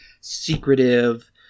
secretive